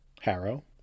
Harrow